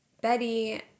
betty